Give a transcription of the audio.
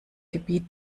gebiet